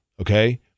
Okay